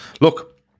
Look